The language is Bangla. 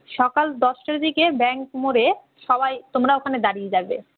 সকাল দশটার দিকে ব্যাংক মোড়ে সবাই তোমরা ওখানে দাঁড়িয়ে থাকবে